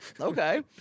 Okay